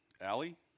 Allie